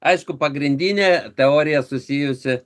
aišku pagrindinė teorija susijusi